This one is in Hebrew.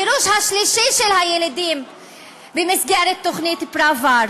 הגירוש השלישי של הילידים במסגרת תוכנית פראוור,